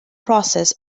process